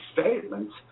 statements